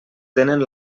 tenen